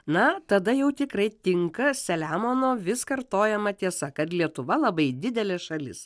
na tada jau tikrai tinka selemono vis kartojama tiesa kad lietuva labai didelė šalis